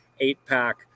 eight-pack